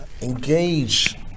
Engage